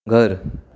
घर